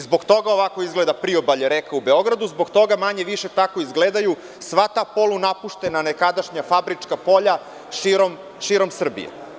Zbog toga ovako izgleda priobalje reka u Beogradu, zbog toga manje-više tako izgledaju sva ta polu napuštena nekadašnja fabrička polja širom Srbije.